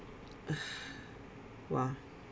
uh !wah!